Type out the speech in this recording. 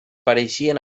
pareixien